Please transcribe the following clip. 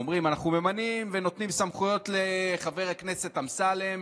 והאפליה, ועוד סמוך לימי הזיכרון לחללי צה"ל.